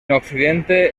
occidente